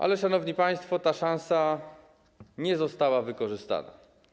Ale szanowni państwo, ta szansa nie została wykorzystana.